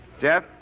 Jeff